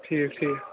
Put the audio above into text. ٹھیٖک ٹھیٖک